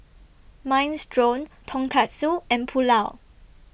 Minestrone Tonkatsu and Pulao